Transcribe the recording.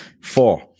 four